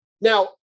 Now